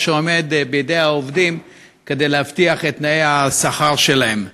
שבידי העובדים כדי להבטיח את תנאי השכר שלהם.